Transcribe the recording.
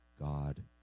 God